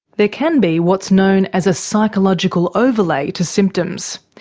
there can be what's known as a psychological overlay to symptoms.